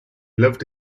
lived